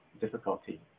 difficulty